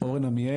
שמי אורן עמיאל.